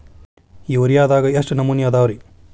ಯೂರಿಯಾದಾಗ ಎಷ್ಟ ನಮೂನಿ ಅದಾವ್ರೇ?